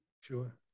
Sure